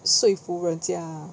税负人家